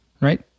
right